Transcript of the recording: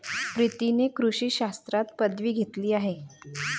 प्रीतीने कृषी शास्त्रात पदवी घेतली आहे